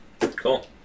Cool